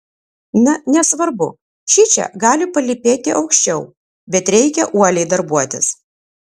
na nesvarbu šičia gali palypėti aukščiau bet reikia uoliai darbuotis